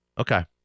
Okay